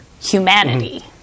humanity